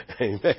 Amen